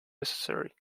necessary